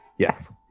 Yes